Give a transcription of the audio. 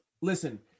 Listen